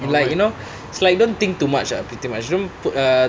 like you know it's like don't think too much ah pretty much don't put ah